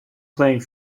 playing